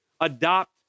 adopt